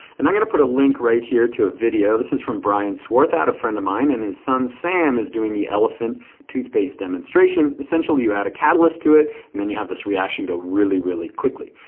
and i'm going to put a link right here to a video. this is from brian swarthout, a friend of mine. and his son sam is doing the elephant toothpaste demonstration. essentially you add a catalyst to it and then you have this reaction go really, really quickly.